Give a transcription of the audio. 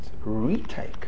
retake